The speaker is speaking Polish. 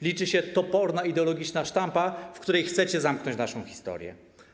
Liczy się toporna, ideologiczna sztampa, w której chcecie zamknąć naszą historię.